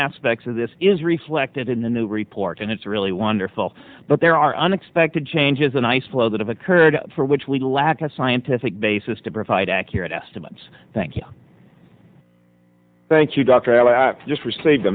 aspects of this is reflected in the new report and it's really wonderful but there are unexpected changes in ice flow that have occurred for which we lack a scientific basis to provide accurate estimates thank you thank you doctor i just received